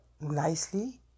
nicely